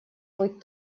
быть